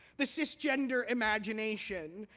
the cisgender imagination,